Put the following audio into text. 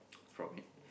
from